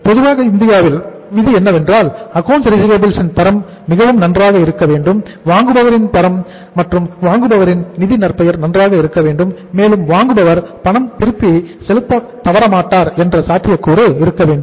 பொதுவாக இந்தியாவில் விதி என்னவென்றால் அக்கவுண்ட்ஸ் ரிசிவபில்ஸ் ன் தரம் மிகவும் நன்றாக இருக்க வேண்டும் வாங்குபவரின் தரம் மற்றும் வாங்குபவரின் நிதி நற்பெயர் நன்றாக இருக்க வேண்டும் மேலும் வாங்குபவர் பணம்பணம் திருப்பி செலுத்த தவறமாட்டார் என்ற சாத்தியக்கூறு இருக்க வேண்டும்